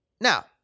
Now